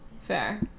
Fair